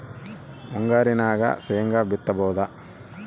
ಮುಂಗಾರಿನಾಗ ಶೇಂಗಾ ಬಿತ್ತಬಹುದಾ?